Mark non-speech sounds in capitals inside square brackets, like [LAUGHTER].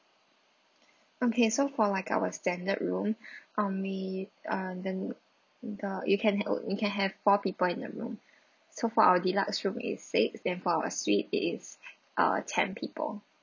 okay so for like our standard room [BREATH] um we uh then the you can you can have four people in the room so for our deluxe room is six then for our suite is uh ten people